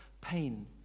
pain